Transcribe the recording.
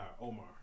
Omar